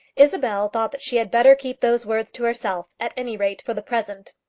isabel thought that she had better keep those words to herself, at any rate for the present.